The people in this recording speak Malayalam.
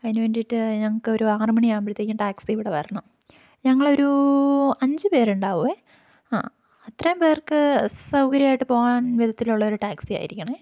അതിന് വേണ്ടിയിട്ട് ഞങ്ങൾക്കൊരു ആറ് മണിയാകുമ്പോഴത്തേക്കും ടാക്സി ഇവിടെ വരണം ഞങ്ങൾ ഒരു അഞ്ച് പേരുണ്ടാകും അ അത്രയും പേർക്ക് സൗകര്യമായിട്ട് പോകാൻ വിധത്തിലുള്ള ഒരു ടാക്സി ആയിരിക്കണം